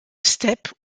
steppes